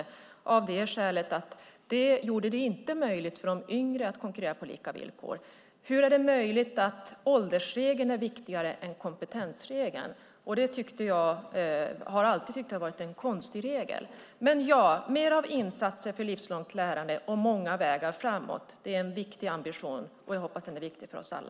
Jag delar inte synsättet av det skälet att det inte gjorde det möjligt för de yngre att konkurrera på lika villkor. Hur är det möjligt att åldersregeln är viktigare än kompetensregeln? Jag har alltid tyckt att det har varit en konstig regel. Mer av insatser för livslångt lärande och många vägar framåt är en viktig ambition, och jag hoppas att den är viktig för oss alla.